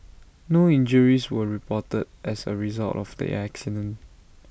no injuries were reported as A result of the accident